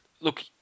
Look